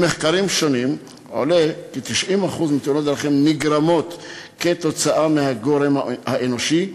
ממחקרים שונים עולה כי 90% מתאונות דרכים נגרמות בגלל הגורם האנושי,